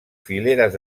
fileres